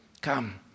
come